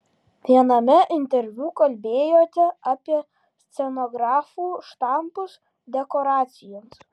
viename interviu kalbėjote apie scenografų štampus dekoracijoms